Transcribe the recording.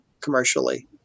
commercially